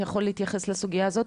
אתה יכול להתייחס לסוגייה הזאת?